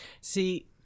See